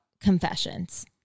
confessions